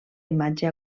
imatge